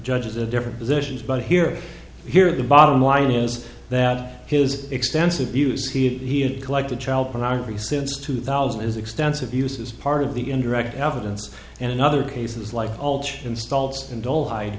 judges of different positions but here here the bottom line is that his extensive use he had collected child pornography since two thousand is extensive use is part of the indirect evidence and in other cases like all church installs and dull hide